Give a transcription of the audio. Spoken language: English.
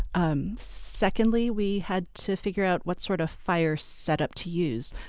um secondly, we had to figure out what sort of fire setup to use.